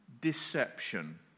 deception